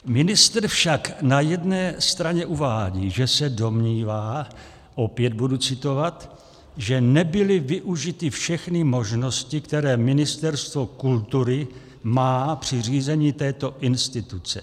Ministr však na jedné straně uvádí, že se domnívá, opět budu citovat, že nebyly využity všechny možnosti, které Ministerstvo kultury má při řízení této instituce.